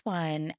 one